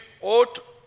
ought